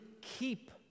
keep